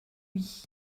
lui